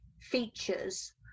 features